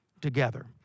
together